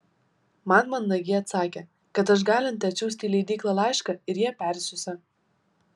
man mandagiai atsakė kad aš galinti atsiųsti į leidyklą laišką ir jie persiųsią